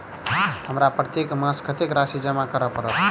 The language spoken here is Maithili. हमरा प्रत्येक मास कत्तेक राशि जमा करऽ पड़त?